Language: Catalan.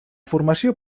formació